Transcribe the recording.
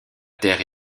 terre